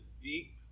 deep